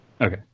Okay